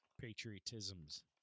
patriotism's